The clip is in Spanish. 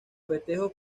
festejos